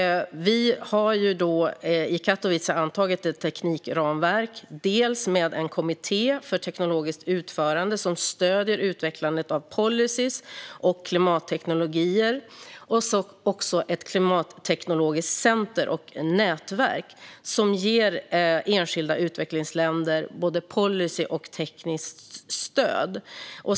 I Katowice antog vi ett teknikramverk med dels en kommitté för teknologiskt utförande som stöder utvecklandet av policyer och klimatteknologier, dels ett klimatteknologiskt centrum och nätverk som ger enskilda utvecklingsländer både policystöd och tekniskt stöd.